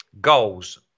Goals